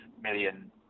million